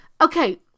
Okay